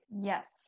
Yes